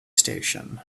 station